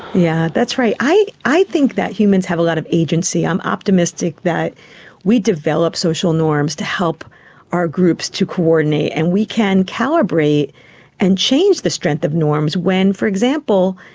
yeah that's right. i i think that humans have a lot of agency. i am optimistic that we develop social norms to help our groups to coordinate, and we can calibrate and change the strength of norms when, for example,